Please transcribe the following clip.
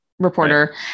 reporter